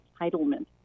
entitlement